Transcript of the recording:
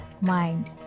mind